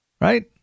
right